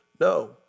no